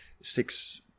six